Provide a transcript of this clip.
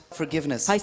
forgiveness